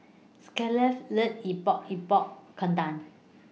Scarlett loves Epok Epok Kentang